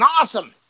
awesome